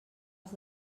als